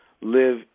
live